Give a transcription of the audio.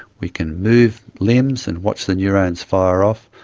we can move limbs and watch the neurones fire off.